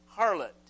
harlot